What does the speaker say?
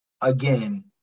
again